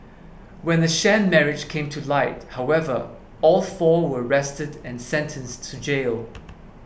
when the sham marriage came to light however all four were arrested and sentenced to jail